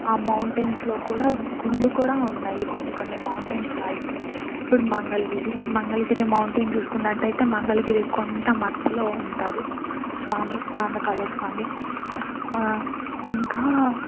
ఆ మౌంటైన్స్లో కూడా గుళ్ళు కూడా ఉన్నాయి కొన్ని కొన్ని మౌంటైన్స్లో అయితే ఇప్పుడు మంగళగిరి మంగళగిరి మౌంటైన్ చూసుకున్నట్టయితే మంగళగిరి కొండ మధ్యలో ఉంటారు స్వామి పానకాల స్వామి ఇంకా